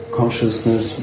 consciousness